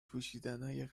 پوشیدنای